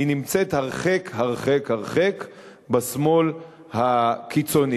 נמצאת הרחק הרחק הרחק בשמאל הקיצוני.